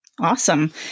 Awesome